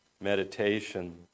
meditation